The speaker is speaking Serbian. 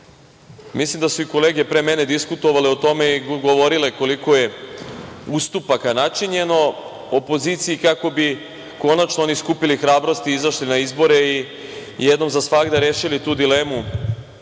aprila. Mislim da su i kolege pre mene diskutovale o tome i govorile koliko je ustupaka načinjeno opoziciji kako bi konačno oni skupili hrabrosti i izašli na izbore i jednom za svagda rešili tu dilemu